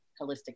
holistic